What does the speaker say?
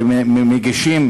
ומגישים